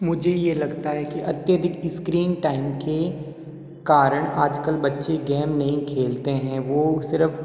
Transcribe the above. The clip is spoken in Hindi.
मुझे यह लगता है कि अत्यधिक स्क्रीन टाइम के कारण आजकल बच्चे गेम नहीं खेलते हैं वो सिर्फ